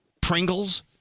Pringles